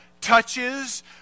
touches